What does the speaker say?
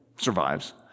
Survives